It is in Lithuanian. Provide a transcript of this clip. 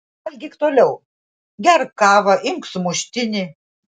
valgyk toliau gerk kavą imk sumuštinį